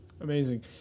Amazing